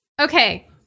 Okay